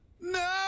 No